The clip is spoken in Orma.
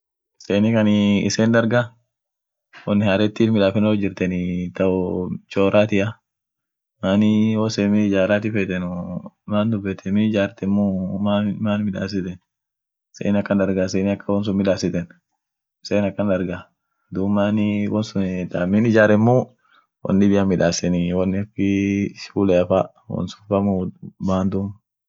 Sudenini adan ishian biria ada toko taa mogu sagaleat mogu sunen sagalen sunen mara beree ishia kabdi akii kotbulaf iyo kanebulaa sheree ishianenii biriia medusama yedeni lusiaf iyo Christmas Esther iyo grafic gista yeden hujia ishia midasatineni lila huji kasabasiti aminen muzikinen lila faan jiirtimuzikine lila faan jirt dum mambo culture taane dum lila muhimu keete lila faan jirtiee